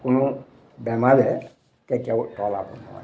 কোনো বেমাৰে কেতিয়াও তলাব নোৱাৰে